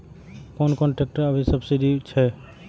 कोन कोन ट्रेक्टर अभी सब्सीडी छै?